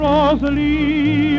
Rosalie